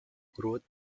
growth